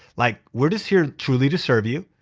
like we're just here truly to serve you,